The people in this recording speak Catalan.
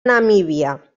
namíbia